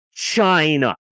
China